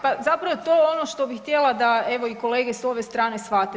Pa zapravo to je ono što bih htjela da evo i kolege s ove strane shvate.